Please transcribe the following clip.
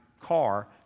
car